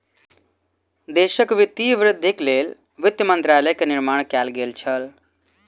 देशक वित्तीय वृद्धिक लेल वित्त मंत्रालय के निर्माण कएल गेल छल